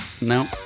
No